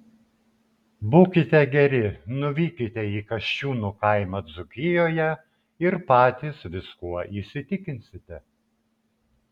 būkite geri nuvykite į kasčiūnų kaimą dzūkijoje ir patys viskuo įsitikinsite